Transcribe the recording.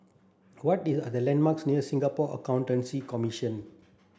what is the are the landmarks near Singapore Accountancy Commission